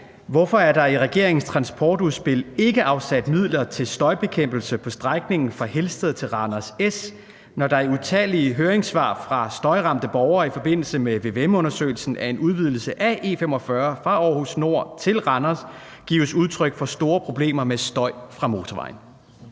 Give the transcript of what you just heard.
Hvorfor er der i regeringens transportudspil ikke afsat midler til støjbekæmpelse på strækningen fra Helsted til Randers S, når der i utallige høringssvar fra støjramte borgere i forbindelse med vvm-undersøgelsen af en udvidelse af E45 fra Aarhus N til Randers gives udtryk for store problemer med støj fra motorvejen?